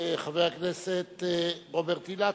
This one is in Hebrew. חבר הכנסת רוברט אילטוב.